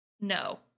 No